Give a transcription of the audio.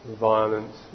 violence